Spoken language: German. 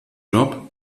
job